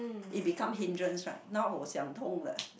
it becomes hindrance right now 想通了: xiang tong le